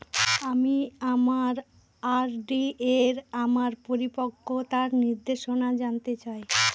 আমি আমার আর.ডি এর আমার পরিপক্কতার নির্দেশনা জানতে চাই